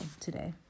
today